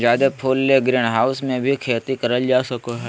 जादे फूल ले ग्रीनहाऊस मे भी खेती करल जा सको हय